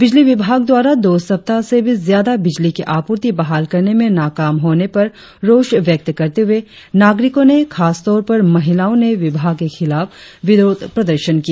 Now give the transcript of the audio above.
बिजली विभाग द्वारा दो सप्ताह से भी ज्यादा बिजली की आपूर्ति बहाल करने में नकाम होने पर रोष व्यक्त करते हुए नागरिको ने खासतौर पर महिलाओं ने विभाग के खिलाफ विरोध प्रदर्शन किया